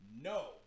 no